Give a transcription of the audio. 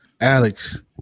Alex